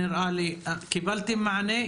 קיבלתם מענה?